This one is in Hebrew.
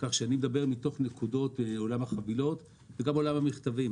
ואני מדבר על עולם החבילות ועל עולם המכתבים.